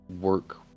work